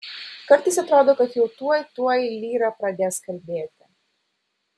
kartais atrodo kad jau tuoj tuoj lyra pradės kalbėti